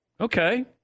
Okay